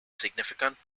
significant